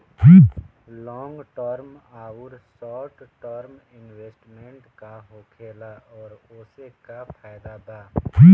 Long term आउर short term investment का होखेला और ओसे का फायदा बा?